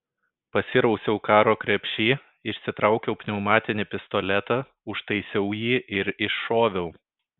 pasirausiau karo krepšy išsitraukiau pneumatinį pistoletą užtaisiau jį ir iššoviau